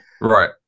Right